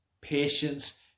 patience